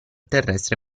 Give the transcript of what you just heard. terrestre